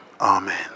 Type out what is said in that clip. Amen